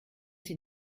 sie